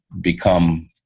become